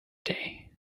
day